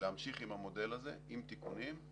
להמשיך עם המודל הזה עם תיקונים.